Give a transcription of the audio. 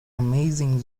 amazing